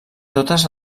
totes